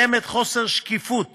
יש חוסר שקיפות